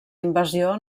invasió